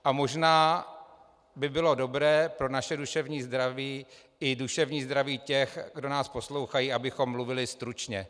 A možná by bylo dobré pro naše duševní zdraví i duševní zdraví těch, kdo nás poslouchají, abychom mluvili stručně.